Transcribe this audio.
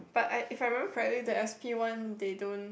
but I if I remember correctly the S_P one they don't